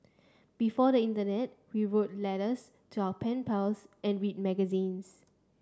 before the internet we wrote letters to our pen pals and read magazines